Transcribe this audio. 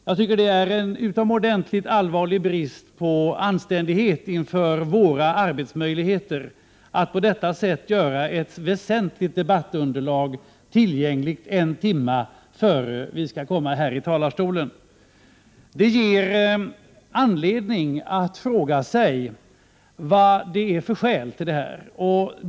Jag tycker att det är en utomordentligt allvarlig brist på anständighet inför våra arbetsmöjligheter att på detta sätt göra ett väsentligt debattunderlag tillgängligt en timme innan vi skall gå upp här i talarstolen. Det ger anledning att fråga sig vilka skälen till detta handlande är.